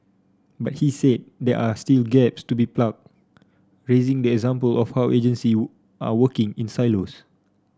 but he said there are still gaps to be plugged raising the example of how agency are working in silos